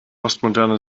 postmoderne